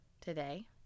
Today